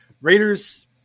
Raiders